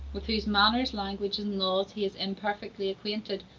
with whose manners, language, and laws he is imperfectly acquainted,